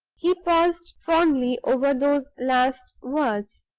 he paused fondly over those last words.